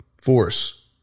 force